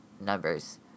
numbers